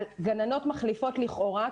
על גננות מחליפות לכאורה,